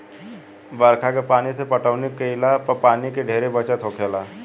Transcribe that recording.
बरखा के पानी से पटौनी केइला पर पानी के ढेरे बचत होखेला